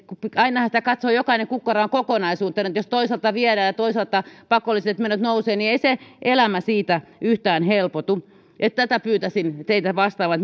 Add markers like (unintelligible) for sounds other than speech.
sitä katsoo jokainen kukkaroaan kokonaisuutena että jos toisaalta viedään ja toisaalta pakolliset menot nousevat niin ei se elämä siitä yhtään helpotu tähän pyytäisin teidän vastaavan (unintelligible)